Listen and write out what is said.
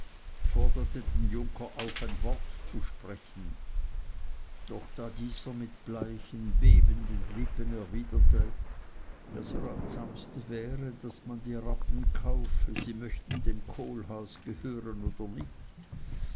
forderte den junker auf ein wort zu sprechen doch da dieser mit bleichen bebenden lippen erwiderte das ratsamste wäre daß man die rappen kaufe sie möchten dem kohlhaas gehören oder nicht